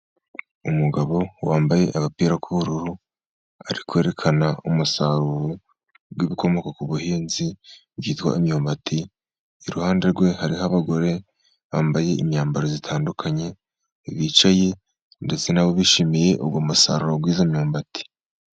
Umugabo wambaye agapira k'ubururu, ari kwerekana umusaruro w'ibikomoka ku buhinzi byitwa imyumbati, iruhande rwe hariho abagore bambaye imyambaro itandukanye bicaye, ndetse na bo bishimiye ubwo musaruro w'iyo myumbati.